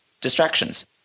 distractions